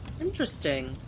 Interesting